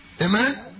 Amen